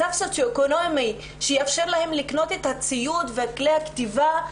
מצב סוציו-אקונומי סביר שיאפשר להן לקנות את הציוד ואת כלי הכתיבה,